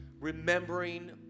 remembering